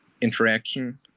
interaction